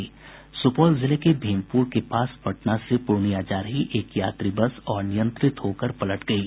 सुपौल जिले के भीमपुर के पास पटना से पूर्णिया जा रही एक यात्री बस अनियंत्रित होकर पलट गयी